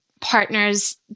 partners